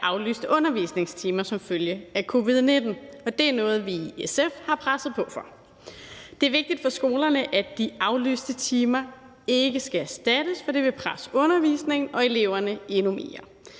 aflyste undervisningstimer som følge af covid-19. Og det er noget, vi i SF har presset på for. Det er vigtigt for skolerne, at de aflyste timer ikke skal erstattes, for det vil presse undervisningen og eleverne endnu mere.